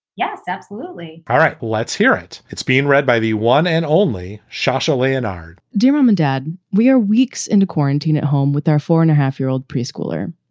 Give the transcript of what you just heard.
yes, absolutely. all right. let's hear it. it's being read by the one and only shasha leonhard dear mom and dad, we are weeks into quarantine at home with our four and a half year old preschooler.